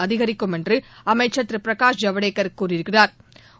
அதிகரிக்கும் என்று அமைச்சா் திரு பிரகாஷ் ஜவ்டேக்கா் கூறியிருக்கிறாா்